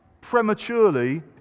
prematurely